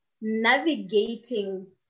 navigating